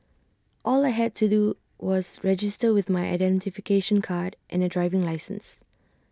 all I had to do was register with my identification card and A driving licence